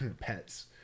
pets